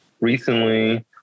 recently